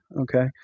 Okay